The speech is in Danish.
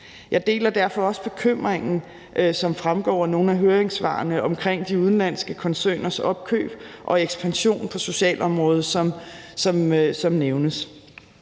Jeg deler derfor også bekymringen, som fremgår af nogle af høringssvarene, for de udenlandske koncerners opkøb og ekspansion på socialområdet, som nævnes.